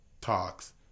talks